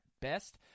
best